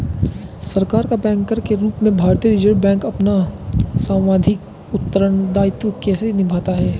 सरकार का बैंकर के रूप में भारतीय रिज़र्व बैंक अपना सांविधिक उत्तरदायित्व कैसे निभाता है?